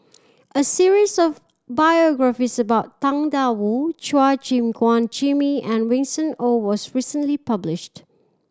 a series of biographies about Tang Da Wu Chua Gim Guan Jimmy and Winston Oh was recently published